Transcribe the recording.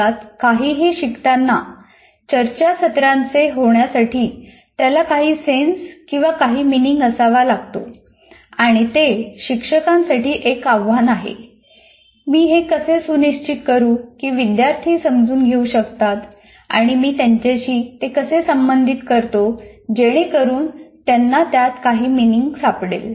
वर्गात काहीही शिकताना चर्चासत्रांचे होण्यासाठी त्याला काही सेन्स किंवा काही मिनिंग असावा लागतो आणि ते शिक्षकांसाठी एक आव्हान आहे मी हे कसे सुनिश्चित करू की विद्यार्थी समजून घेऊ शकतात आणि मी त्यांच्याशी ते कसे संबंधित करतो जेणेकरुन त्यांना त्यात काही मिनिंग सापडेल